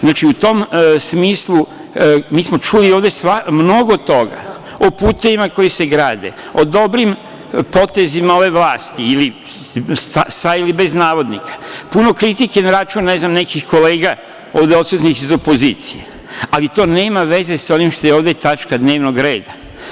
Znači, u tom smislu mi smo čuli ovde mnogo toga, o putevima koji se grade, o dobrim potezima ove vlasti, sa ili bez navodnika, puno kritike na račun nekih kolega ovde odsutnih iz opozicije, ali to nema veze sa onim što je ovde tačka dnevnog reda.